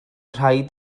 rhaid